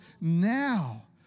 now